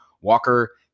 Walker